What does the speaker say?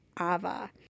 Ava